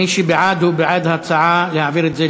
מי שבעד הוא בעד להעביר את ההצעה לוועדה,